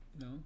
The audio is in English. No